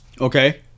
Okay